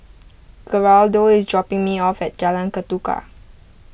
Geraldo is dropping me off at Jalan Ketuka